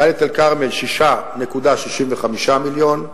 דאלית-אל-כרמל, 6.65 מיליון.